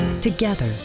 Together